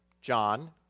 John